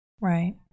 Right